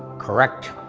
correct,